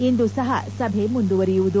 ಇಂದೂ ಸಹ ಸಭೆ ಮುಂದುವರಿಯುವುದು